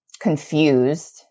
confused